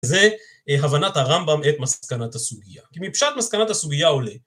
זה הבנת הרמב״ם את מסקנת הסוגיה. כי מפשט מסקנת הסוגיה עולה.